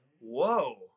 Whoa